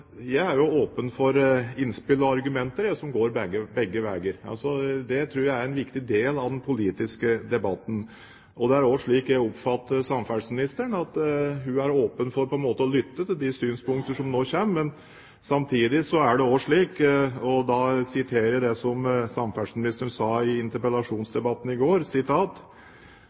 en viktig del av den politiske debatten, og det er også slik jeg oppfatter samferdselsministeren – at hun er åpen for å lytte til de synspunkter som nå kommer. Men samtidig er det også slik – og da siterer jeg det som samferdselsministeren sa i interpellasjonsdebatten i går: